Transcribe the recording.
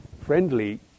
friendly